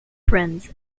friends